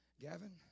Gavin